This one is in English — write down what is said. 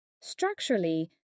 Structurally